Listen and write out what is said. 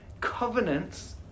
Covenants